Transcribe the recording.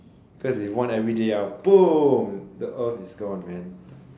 cause if one everyday ah boom the earth is gone man